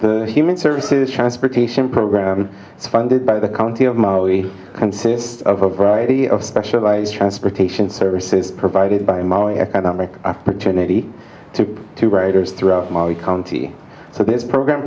the human services transportation program funded by the county of maui consists of a variety of specialized transportation services provided by economic opportunity to two writers throughout my county so this program